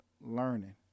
learning